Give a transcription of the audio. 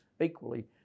equally